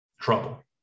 trouble